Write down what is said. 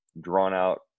drawn-out